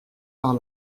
par